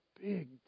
big